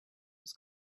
was